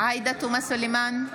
עאידה תומא סלימאן,